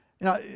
Now